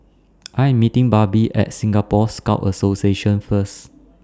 I Am meeting Barbie At Singapore Scout Association First